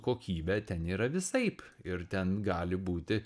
kokybe ten yra visaip ir ten gali būti